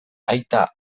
aita